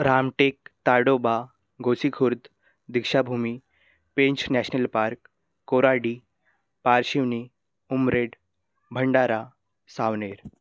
Ramtek Tadoba Gosikhurd Deekshabhoomi Pench national park Koradi Parshivni Umred Bhandara Saoner